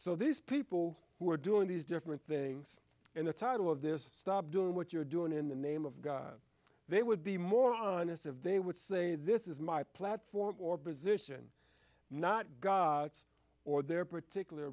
so these people who are doing these different things in the title of this stop doing what you're doing in the name of god they would be more honest if they would say this is my platform or position not gods or their particular